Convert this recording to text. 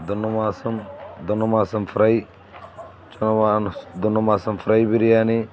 దున్నమాసం దున్నమాసం ఫ్రై దున్నమాసం ఫ్రై బిర్యానీ